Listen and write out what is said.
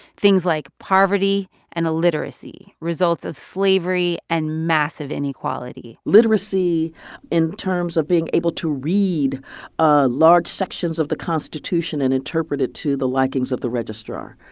things like poverty and illiteracy results of slavery and massive inequality literacy in terms of being able to read ah large sections of the constitution and interpret it to the likings of the registrar.